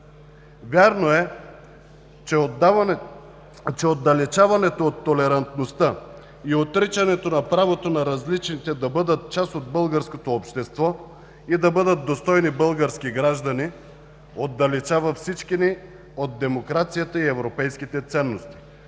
Вярно е, че отдалечаването от толерантността и отричането на правото на различните да бъдат част от българското общество и да бъдат достойни български граждани отдалечава всички ни от демокрацията и европейските ценности,